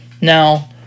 now